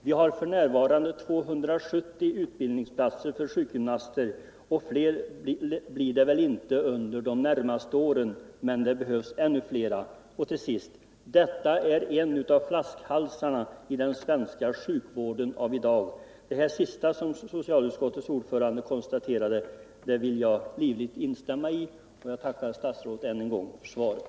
Vi har för närvarande 270 utbildningsplatser för sjukgymnaster, och flera blir det väl inte under de närmaste åren, men det behövs ännu flera; detta är en av flaskhalsarna i den svenska sjukvården av i dag.” Det här sista som socialutskottets ordförande konstaterade vill jag livligt instämma å. Jag tackar statsrådet än en gång för svaret.